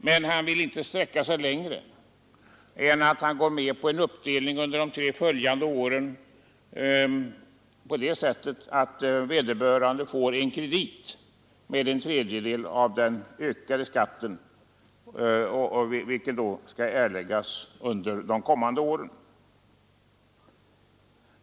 Men han vill inte sträcka sig längre än att han går med på en uppdelning under de tre följande åren på det sättet att vederbörande får en kredit med en tredjedel av den ökade skatten, vilken då skall erläggas under de kommande åren.